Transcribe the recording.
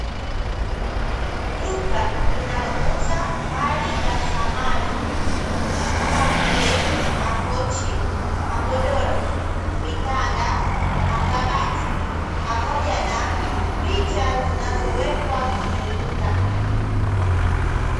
Duka linalouza mali za samani, kama vile: makochi, magodoro, vitanda, makabati, pamoja na picha zinazowekwa kwenye ukuta.